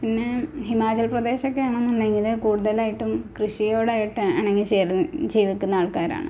പിന്നെ ഹിമാചൽ പ്രദേശ് ഒക്കെ ആണെന്നുണ്ടെങ്കിൽ കൂടുതലായിട്ടും കൃഷിയോടായിട്ട് ഇണങ്ങി ചേർന്ന് ജീവിക്കുന്ന ആൾക്കാരാണ്